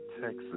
Texas